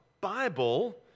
Bible